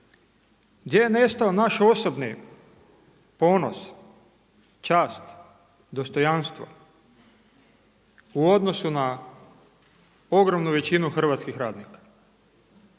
gdje je nestao naš osobni ponos, čast, dostojanstvo u odnosu na ogromnu većinu hrvatskih radnika?